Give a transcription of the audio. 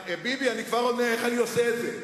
ביבי, אני כבר עונה איך אני עושה את זה,